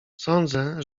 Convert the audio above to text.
sądzę